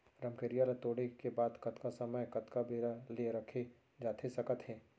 रमकेरिया ला तोड़े के बाद कतका समय कतका बेरा ले रखे जाथे सकत हे?